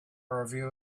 review